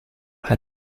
had